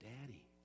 Daddy